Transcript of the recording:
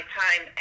time